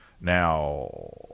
Now